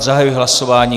Zahajuji hlasování.